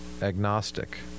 agnostic